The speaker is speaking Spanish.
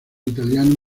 italiano